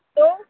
hello